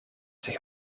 zich